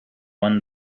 one